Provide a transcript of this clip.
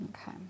Okay